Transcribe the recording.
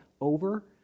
over